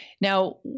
Now